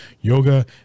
yoga